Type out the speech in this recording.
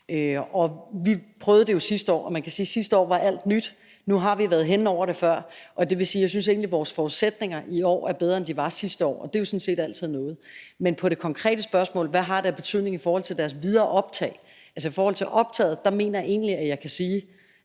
Vi prøvede det jo sidste år, og man kan sige, at sidste år var alt nyt. Nu har vi været henne over det før, og det vil sige, at jeg egentlig synes, at vores forudsætninger er bedre, end de var sidste år. Og det er sådan set altid noget. Men i forhold til det konkrete spørgsmål om, hvad det har af betydning i forhold til deres videre optag: I forhold til optaget mener jeg egentlig, at jeg kan sige,